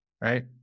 Right